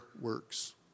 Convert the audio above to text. works